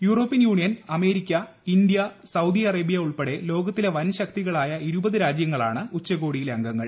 European Union America India Saudi Arabia ഉൾപ്പെടെ ലോകത്തിലെ വൻ ശക്തികളായ ഇരുപത് രാജ്യങ്ങളാണ് ഉച്ചകോടിയിലെ അംഗങ്ങൾ